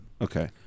Okay